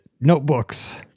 Notebooks